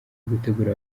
gutegura